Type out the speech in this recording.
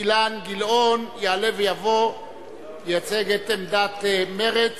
אילן גילאון יעלה ויבוא וייצג את עמדת מרצ.